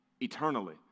eternally